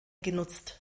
genutzt